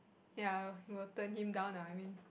ya I will turn him down lah I mean